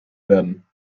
werden